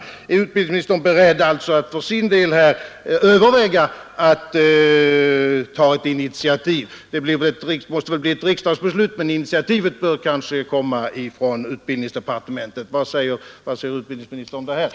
Är utbildningsministern beredd att för sin del överväga att ta något initiativ? Det måste väl bli ett riksdagsbeslut, men initiativet bör kanske komma från utbildningsdepartementet. Vad säger utbildningsministern om detta?